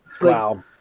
Wow